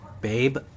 Babe